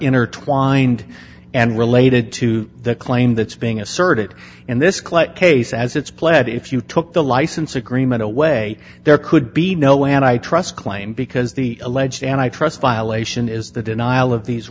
intertwined and related to the claim that's being asserted in this clip case as it's played if you took the license agreement away there could be no way and i trust claim because the alleged and i trust violation is the denial of these